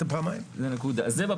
אתם תראו שהרוב עומד בזה, לדעתי זה השלב